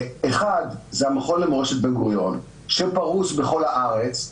אחד זה המכון למורשת בן-גוריון, שפרוס בכל הארץ,